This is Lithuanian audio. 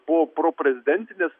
po proprezidentės